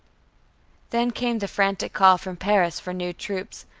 then came the frantic call from paris for new troops.